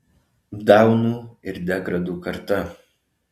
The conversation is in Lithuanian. daunų ir degradų karta